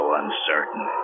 uncertain